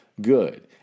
good